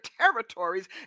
territories